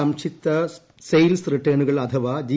സംക്ഷിപ്ത sales റിട്ടേണുകൾ അഥവാ G